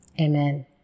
Amen